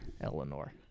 Eleanor